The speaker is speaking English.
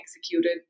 executed